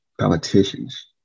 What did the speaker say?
politicians